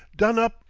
done up,